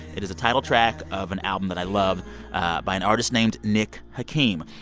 it is a title track of an album that i love by an artist named nick hakim.